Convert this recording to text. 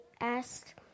asked